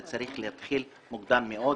זה צריך להתחיל מוקדם מאוד.